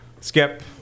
Skip